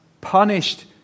punished